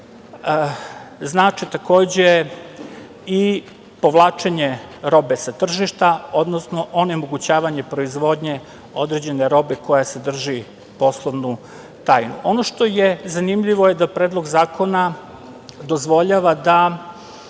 znače, takođe, i povlačenje robe sa tržišta, odnosno onemogućavanje proizvodnje određene robe koja sadrži poslovnu tajnu. Ono što je zanimljivo je da predlog zakona dozvoljava da